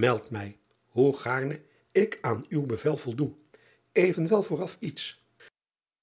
eld mij hoe gaarne ik aan uw bevel voldoe evenwel vooraf iets